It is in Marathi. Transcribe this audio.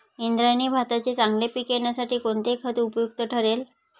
इंद्रायणी भाताचे चांगले पीक येण्यासाठी कोणते खत उपयुक्त ठरेल?